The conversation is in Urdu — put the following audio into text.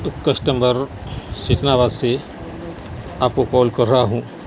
کسٹمبر سکھناواد سے آپ کو کال کر رہا ہوں